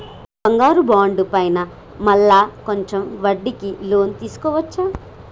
బంగారు బాండు పైన మళ్ళా కొంచెం వడ్డీకి లోన్ తీసుకోవచ్చా?